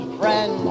friend